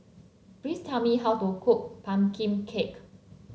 please tell me how to cook pumpkin cake